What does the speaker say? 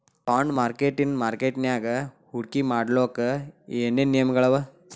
Bond ಮಾರ್ಕೆಟಿನ್ ಮಾರ್ಕಟ್ಯಾಗ ಹೂಡ್ಕಿ ಮಾಡ್ಲೊಕ್ಕೆ ಏನೇನ್ ನಿಯಮಗಳವ?